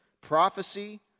prophecy